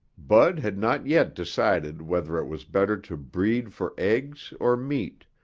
bud had not yet decided whether it was better to breed for eggs or meat,